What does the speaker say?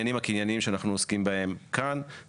לבין העניינים הקניינים שאנחנו עוסקים בהם כאן.